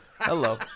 Hello